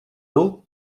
dół